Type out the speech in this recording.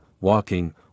walking